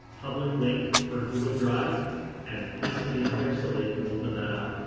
public link for google drive and paste it in here so they can open that up.